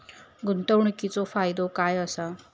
गुंतवणीचो फायदो काय असा?